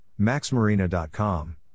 maxmarina.com